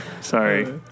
Sorry